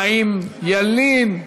חיים ילין,